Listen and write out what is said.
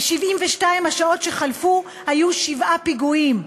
ב-72 השעות שחלפו היו שבעה פיגועים.